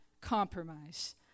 compromise